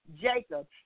Jacob